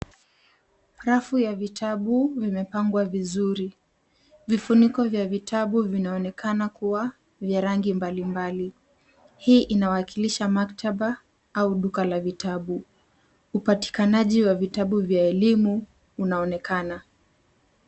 Rafu ya vitabu imepangwa vizuri. Vifuniko vya vitabu vinaonekana kuwa vya rangi mbalimbali. Hii inawakilisha maktaba au duka la vitabu. Upatikanaji wa vitabu vya elimu unaonekana.